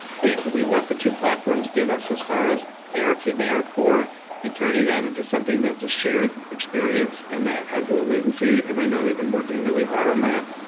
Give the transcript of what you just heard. basically what the two platforms give us as far as as arkit and and arcore and turning that into something that's a shared experience and that has low latency, and i know they've been working really hard on that.